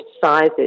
sizes